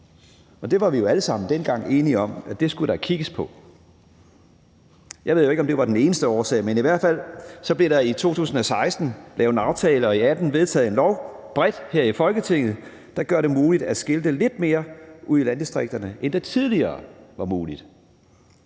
Det var vi jo alle sammen dengang enige om der skulle kigges på. Jeg ved jo ikke, om det var den eneste årsag, men i hvert fald blev der i 2016 lavet en aftale, og i 2018 blev der vedtaget en lov bredt her i Folketinget, der gør det muligt at skilte lidt mere ude i landdistrikterne, end det tidligere var muligt.